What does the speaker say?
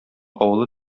авылы